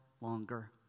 longer